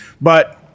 But-